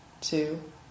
two